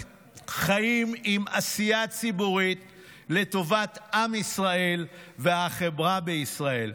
חיים עם עשייה ציבורית לטובת עם ישראל והחברה בישראל.